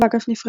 באגף נפרד,